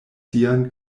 sian